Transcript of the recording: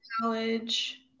College